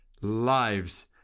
lives